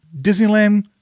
Disneyland